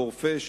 חורפיש,